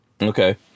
Okay